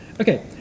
Okay